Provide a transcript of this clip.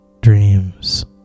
dreams